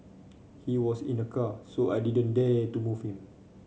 he was in a car so I didn't dare to move him